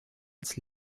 als